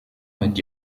mit